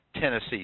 Tennessee